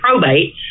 probate